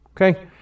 okay